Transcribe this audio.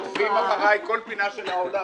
רודפים אחריי בכל פינה של העולם,